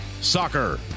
Soccer